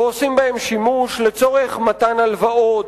ועושים בהן שימוש לצורך מתן הלוואות